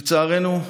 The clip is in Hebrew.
לצערנו,